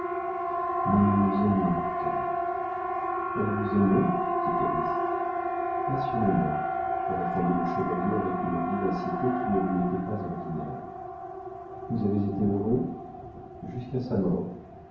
mais nous nous aimions tant elle vous aimait dit calyste passionnément répondit le chevalier avec une vivacité qui ne lui était pas ordinaire vous avez été heureux jusqu'à sa mort